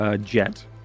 jet